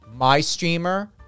MyStreamer